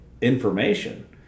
information